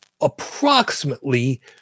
approximately